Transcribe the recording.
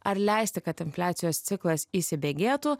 ar leisti kad infliacijos ciklas įsibėgėtų